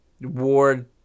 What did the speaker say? ward